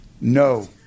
No